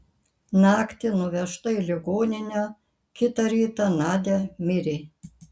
naktį nuvežta į ligoninę kitą rytą nadia mirė